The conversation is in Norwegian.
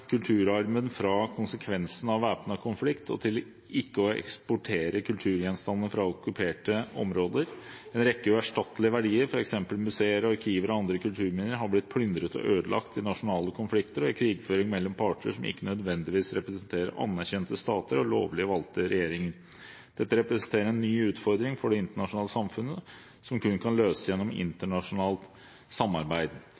fra konsekvensene av væpnet konflikt og til ikke å eksportere kulturgjenstander fra okkuperte områder. En rekke uerstattelige verdier, f.eks. museer, arkiver og andre kulturminner, har blitt plyndret og ødelagt i nasjonale konflikter og i krigføring mellom parter som ikke nødvendigvis representerer anerkjente stater og lovlig valgte regjeringer. Dette representerer en ny utfordring for det internasjonale samfunnet som kun kan løses gjennom